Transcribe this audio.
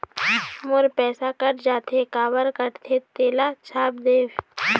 मोर पैसा कट जाथे काबर कटथे तेला छाप देव?